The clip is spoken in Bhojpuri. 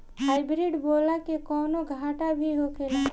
हाइब्रिड बोला के कौनो घाटा भी होखेला?